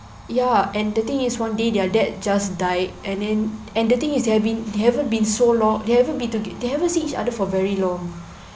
ya and the thing is one day their dad just died and then and the thing is they've been they haven't been so long they haven't been to they haven't seen each other for very long